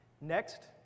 Next